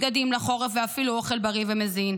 בגדים לחורף ואפילו אוכל בריא ומזין.